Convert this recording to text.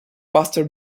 buster